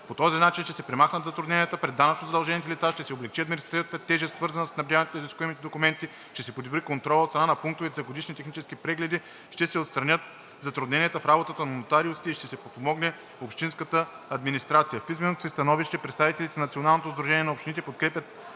По този начин ще се премахнат затрудненията пред данъчно задължените лица, ще се облекчи административната тежест, свързана със снабдяването на изискуеми документи, ще се подобри контролът от страна на пунктовете за годишни технически прегледи, ще се отстранят затруднения в работата на нотариусите и ще се подпомогне общинската администрация. В писменото си становище представителите на Националното сдружение на общините в